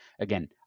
again